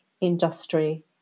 industry